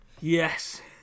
Yes